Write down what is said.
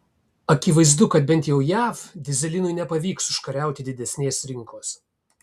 akivaizdu kad bent jau jav dyzelinui nepavyks užkariauti didesnės rinkos